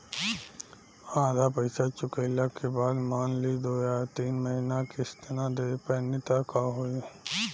आधा पईसा चुकइला के बाद मान ली दो या तीन महिना किश्त ना दे पैनी त का होई?